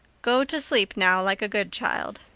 go to sleep now like a good child.